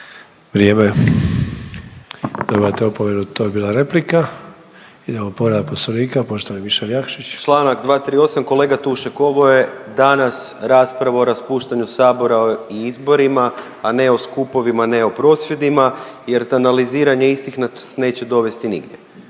Vrijeme. Dobivate opomenu, to je bila replika. Idemo povreda Poslovnika poštovani Mišel Jakšić. **Jakšić, Mišel (SDP)** Članak 238. Kolega Tušek ovo je danas rasprava o raspuštanju Sabora i izborima, a ne o skupovima, ne o prosvjedima, jer analiziranje istih nas neće dovesti nigdje.